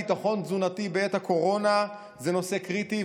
ביטחון תזונתי בעת הקורונה זה נושא קריטי,